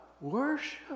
worship